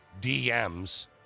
DMs